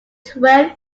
twelve